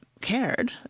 cared